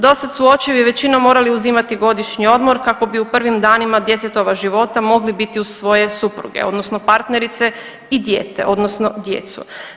Dosada su očevi većinom morali uzimati godišnji odmor kako bi u prvim danima djetetova života mogli biti uz svoje supruge odnosno partnerice i dijete odnosno djecu.